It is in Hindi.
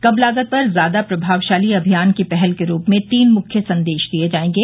कम लागत पर ज्यादा प्रभावशाली अभियान की पहल के रूप में तीन मुख्य संदेश दिए जाएंगे